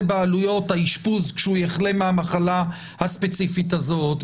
בעלויות האשפוז כשהוא יחלה במחלה הספציפית הזאת,